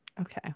Okay